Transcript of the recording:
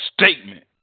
statement